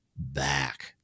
back